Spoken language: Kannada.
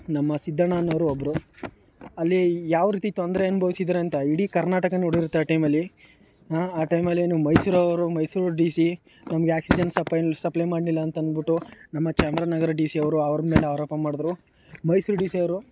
ನಮ್ಮ ಸಿದ್ದಣ್ಣ ಅನ್ನೋರು ಒಬ್ಬರು ಅಲ್ಲಿ ಯಾವ ರೀತಿ ತೊಂದರೆ ಅನುಭವಿಸಿದ್ದಾರೆ ಅಂತ ಇಡೀ ಕರ್ನಾಟಕ ನೋಡಿರುತ್ತೆ ಆ ಟೈಮಲ್ಲಿ ಆ ಟೈಮಲ್ಲಿ ಏನು ಮೈಸೂರವರು ಮೈಸೂರು ಡಿ ಸಿ ನಮಗೆ ಆಕ್ಸಿಜನ್ ಸಪ್ಲ್ ಸಪ್ಲೈ ಮಾಡ್ಲಿಲ್ಲ ಅಂತಂದ್ಬಿಟ್ಟು ನಮ್ಮ ಚಾಮರಾಜನಗರ ಡಿ ಸಿಯವರು ಅವ್ರ ಮೇಲೆ ಆರೋಪ ಮಾಡಿದರು ಮೈಸೂರು ಡಿ ಸಿಯವರು